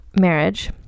marriage